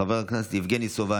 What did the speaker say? חבר הכנסת יבגני סובה,